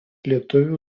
lietuvių